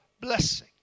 blessing